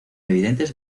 evidentes